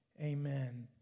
Amen